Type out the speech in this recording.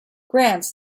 grants